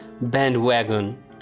bandwagon